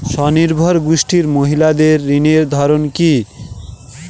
স্বনির্ভর গোষ্ঠীর মহিলাদের ঋণের ধরন কি?